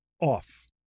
off